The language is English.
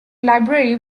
library